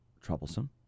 troublesome